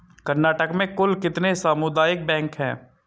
कर्नाटक में कुल कितने सामुदायिक बैंक है